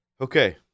Okay